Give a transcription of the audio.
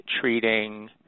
treating